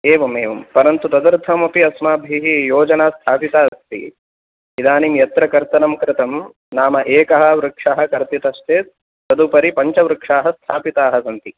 एवमेवं परन्तु तदर्थमपि अस्माभिः योजना स्थापिता अस्ति इदानीं यत्र कर्तनं कृतं नाम एकः वृक्षः कर्तितशचेत् तदुपरि पञ्चवृक्षाः स्थापिताः सन्ति